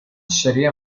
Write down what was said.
ҫӗре